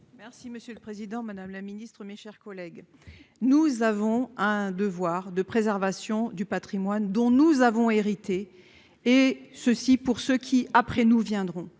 Merci monsieur le Président, Madame la Ministre, mes chers collègues, nous avons un devoir de préservation du Patrimoine, dont nous avons hérité, et ceci pour ceux qui après nous viendrons